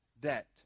debt